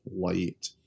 light